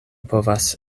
povas